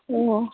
ꯑꯣ